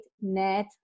net